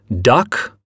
duck